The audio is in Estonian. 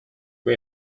kui